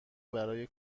برای